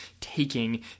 taking